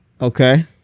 okay